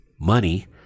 money